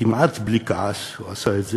כמעט בלי כעס הוא עשה את זה.